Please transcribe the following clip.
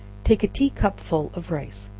take a tea-cupful of rice,